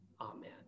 Amen